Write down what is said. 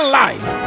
life